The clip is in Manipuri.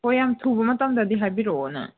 ꯑꯣ ꯌꯥꯝ ꯊꯧꯕ ꯃꯇꯝꯗꯗꯤ ꯍꯥꯏꯕꯤꯔꯛꯑꯣ ꯅꯪ